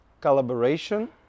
collaboration